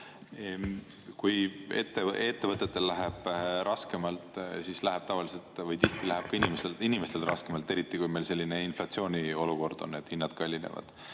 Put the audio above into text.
Kui ettevõtetel läheb raskemaks, siis tavaliselt või tihti läheb ka inimestel raskemaks, eriti kui meil on inflatsiooniolukord ja hinnad kallinevad.